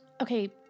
Okay